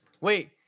wait